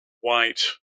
white